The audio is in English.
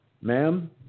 ma'am